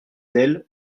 d’elle